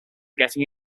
getting